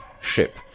ship